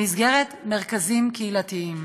במסגרת מרכזים קהילתיים,